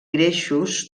greixos